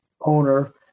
owner